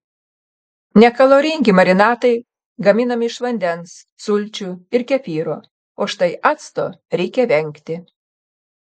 nekaloringi marinatai gaminami iš vandens sulčių ir kefyro o štai acto reikia vengti